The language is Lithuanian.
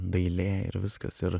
dailė ir viskas ir